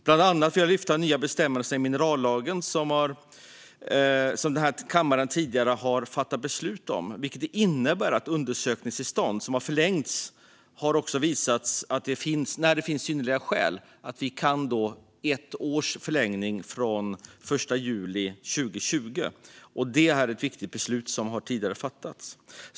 Bland annat vill jag lyfta de nya bestämmelserna i minerallagen, som den här kammaren tidigare har fattat beslut om, som innebär att undersökningstillstånd som har förlängts när det finns synnerliga skäl kan förlängas ett år från den 1 juli 2020. Det är ett viktigt beslut som har fattats tidigare.